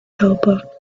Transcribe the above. helper